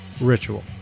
Ritual